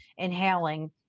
inhaling